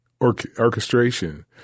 orchestration